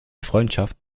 freundschaft